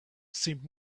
seemed